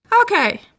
Okay